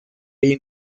ihn